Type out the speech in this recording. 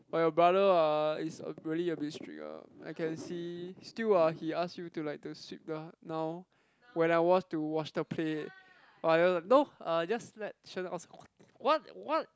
orh your brother uh is a really a bit strict ah I can see still ah he ask you to like to sweep the now when I want to wash the plate no uh just let Shen what what